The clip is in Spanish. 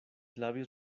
labios